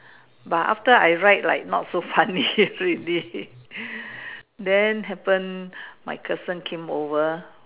but after I write like not so funny already then happen my cousin came over